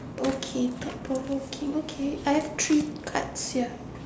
okay thought provoking okay I have three cards here